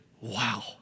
Wow